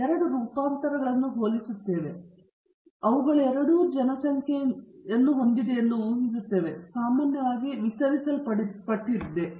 ನಾವು ಎರಡು ರೂಪಾಂತರಗಳನ್ನು ಹೋಲಿಸುತ್ತೇವೆ ಮತ್ತು ಅವುಗಳು ಎರಡೂ ಜನಸಂಖ್ಯೆಯಿಂದ ಬರುತ್ತಿವೆ ಎಂದು ಊಹಿಸುತ್ತೇವೆ ಅವುಗಳು ಸಾಮಾನ್ಯವಾಗಿ ವಿತರಿಸಲ್ಪಡುತ್ತವೆ